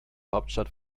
hauptstadt